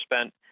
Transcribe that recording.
spent